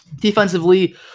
defensively